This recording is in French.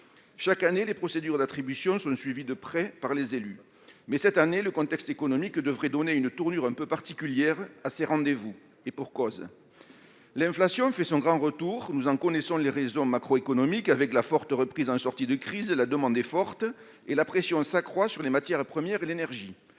Chaque année, les procédures d'attribution sont suivies de près par les élus. Mais cette année, le contexte économique devrait donner une tournure un peu particulière à ces rendez-vous. Et pour cause, l'inflation fait son grand retour. Nous en connaissons les raisons macroéconomiques : compte tenu de la forte reprise en sortie de crise, la demande est importante et la pression s'accroît sur les matières premières et l'énergie.